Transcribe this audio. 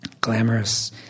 Glamorous